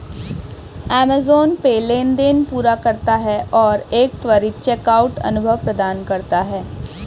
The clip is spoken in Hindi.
अमेज़ॅन पे लेनदेन पूरा करता है और एक त्वरित चेकआउट अनुभव प्रदान करता है